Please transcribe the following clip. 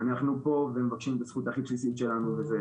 אנחנו פה ומבקשים את הזכות הכי בסיסית שלנו, וזה